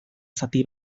zati